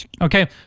Okay